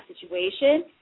situation